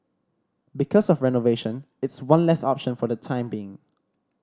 because of renovation it's one less option for the time being